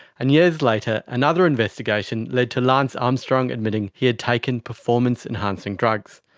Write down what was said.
and years later another investigation led to lance armstrong admitting he had taken performance enhancing drugs.